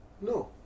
No